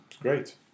Great